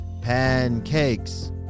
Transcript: pancakes